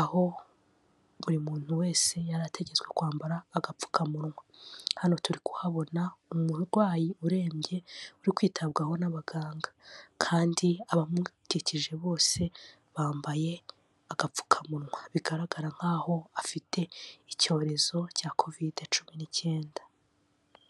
aho buri muntu wese yari ategetswe kwambara agapfukamunwa. Hano turi kuhabona umurwayi urembye uri kwitabwaho n'abaganga kandi abamukikije bose bambaye agapfukamunwa. Bigaragara nk'aho afite icyorezo cya Covid-19.